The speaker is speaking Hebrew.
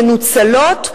מנוצלות.